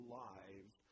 lives